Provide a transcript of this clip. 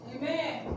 Amen